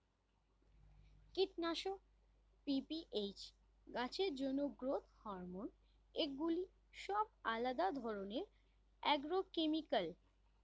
কীটনাশক, পি.পি.এইচ, গাছের জন্য গ্রোথ হরমোন এগুলি সব আলাদা ধরণের অ্যাগ্রোকেমিক্যাল